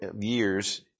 years